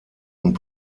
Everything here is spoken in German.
und